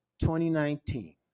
2019